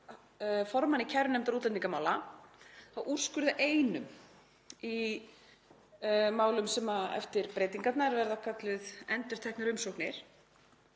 formanni kærunefndar útlendingamála að úrskurða einum í málum sem eftir breytingarnar verða kölluð „endurteknar umsóknir“.